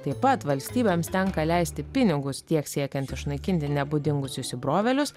taip pat valstybėms tenka leisti pinigus tiek siekiant išnaikinti nebūdingus įsibrovėlius